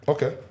Okay